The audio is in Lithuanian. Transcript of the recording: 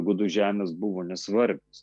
gudų žemės buvo nesvarbios